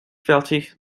fertig